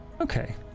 Okay